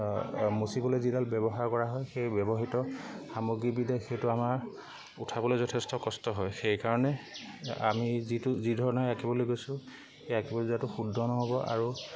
মুচিবলে যিডাল ব্যৱহাৰ কৰা হয় সেই ব্যৱহৃত সামগ্ৰীবিধে সেইটো আমাৰ উঠাবলৈ যথেষ্ট কষ্ট হয় সেইকাৰণে আমি যিটো যি ধৰণে আঁকিবলৈ গৈছোঁ সেই আঁকিবলৈ যটো শুদ্ধ নহ'ব আৰু